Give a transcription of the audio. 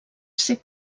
ser